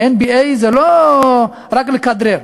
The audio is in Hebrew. NBA זה לא רק לכדרר,